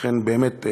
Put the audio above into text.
לכן, באמת,